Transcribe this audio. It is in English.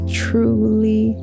truly